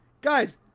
guys